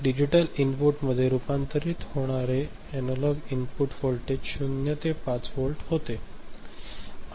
आणि digital input मध्ये रूपांतरित होणारे एनालॉग इनपुट व्होल्टेज 0 ते 5 व्होल्ट होते